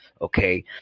okay